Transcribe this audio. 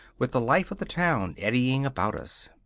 with the life of the town eddying about us.